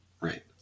right